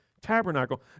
tabernacle